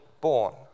born